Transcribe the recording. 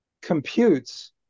computes